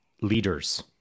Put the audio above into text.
leaders